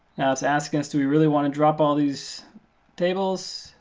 it's asking us, do we really want to drop all these tables?